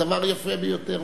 דבר יפה ביותר,